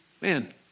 man